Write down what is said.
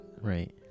Right